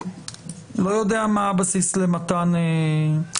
אני לא יודע מה הבסיס למתן קנס.